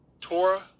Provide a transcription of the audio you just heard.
Torah